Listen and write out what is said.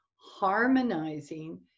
harmonizing